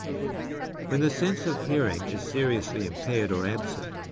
when the sense of hearing is seriously impaired or absent,